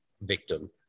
victim